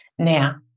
Now